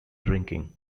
drinking